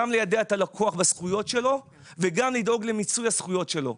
גם ליידע את הלקוח והזכויות של וגם לדאוג למיצוי הזכויות שלו.